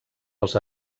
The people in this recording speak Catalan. els